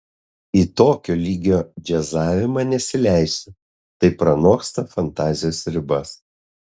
į tokio lygio džiazavimą nesileisiu tai pranoksta fantazijos ribas